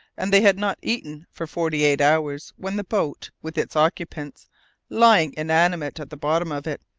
and they had not eaten for forty-eight hours, when the boat, with its occupants lying inanimate at the bottom of it,